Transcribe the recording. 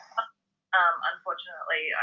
unfortunately